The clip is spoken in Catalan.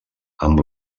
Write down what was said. amb